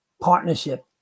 partnership